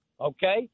okay